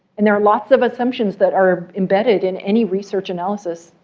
and there are lots of assumptions that are embedded in any research analysis,